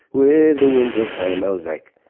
with the winds of time. i was like,